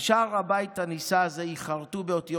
"על שער הבית הנישא הזה ייחרתו באותיות